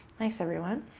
nice, everyone.